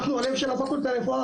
אנחנו הלב של הפקולטה לרפואה,